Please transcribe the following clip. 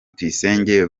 tuyisenge